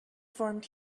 formed